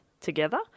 together